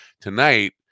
tonight